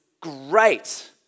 great